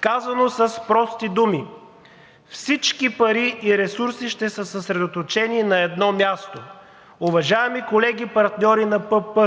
Казано с прости думи: всички пари и ресурси ще са съсредоточени на едно място. Уважаеми колеги партньори на ПП,